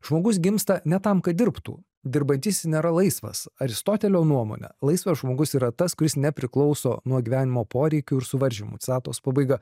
žmogus gimsta ne tam kad dirbtų dirbantysis nėra laisvas aristotelio nuomone laisvas žmogus yra tas kuris nepriklauso nuo gyvenimo poreikių ir suvaržymų citatos pabaiga